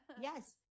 Yes